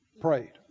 prayed